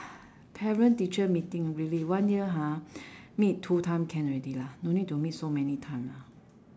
parent teacher meeting really one year ha meet two time can already lah no need to meet so many time lah